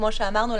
כמו שאמרנו,